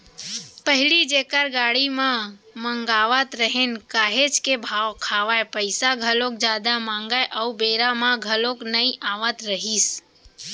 पहिली जेखर गाड़ी ल मगावत रहेन काहेच के भाव खावय, पइसा घलोक जादा मांगय अउ बेरा म घलोक नइ आवत रहिस